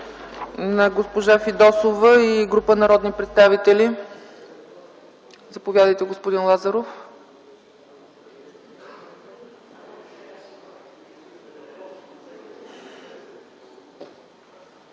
от госпожа Фидосова и група народни представители, заповядайте, господин Лазаров.